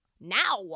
Now